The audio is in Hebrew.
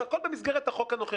והכול במסגרת החוק הנוכחי.